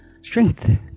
strength